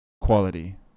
quality